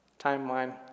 timeline